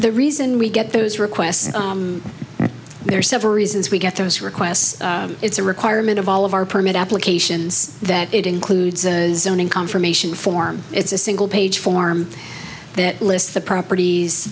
the reason we get those requests there are several reasons we get those requests it's a requirement of all of our permit applications that it includes a zoning confirmation form it's a single page form that lists the properties